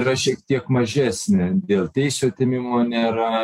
yra šiek tiek mažesnė dėl teisių atėmimo nėra